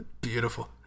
Beautiful